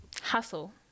Hustle